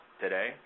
today